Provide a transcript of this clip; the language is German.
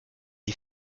die